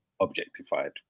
objectified